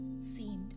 seemed